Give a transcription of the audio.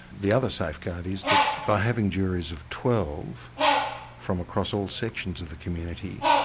the other safeguard is that by having juries of twelve from across all sections of the community,